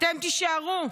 אתם תישארו.